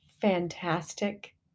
fantastic